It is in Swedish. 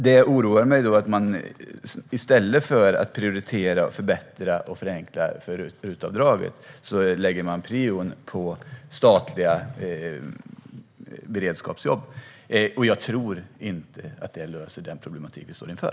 Det oroar mig att man i stället för att prioritera RUT-avdraget och förbättra och förenkla det prioriterar statliga beredskapsjobb. Jag tror inte att det löser de problem vi står inför.